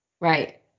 Right